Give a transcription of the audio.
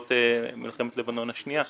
בעקבות מלחמת לבנון השנייה.